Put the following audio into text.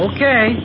Okay